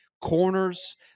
corners